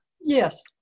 Yes